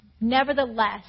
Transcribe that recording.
Nevertheless